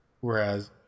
whereas